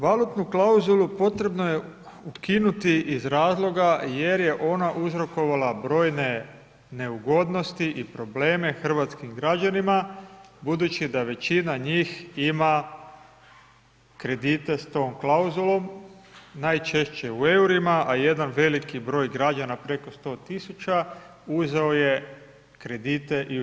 Valutnu klauzulu potrebno je ukinuti iz razloga jer je ona uzrokovala brojne neugodnosti i probleme hrvatskim građanima budući da većina njih ima kredite s tom klauzulom, najčešće u EUR-ima, a jedan veliki broj građana preko 100.000 uzeo je kredite i u CHF.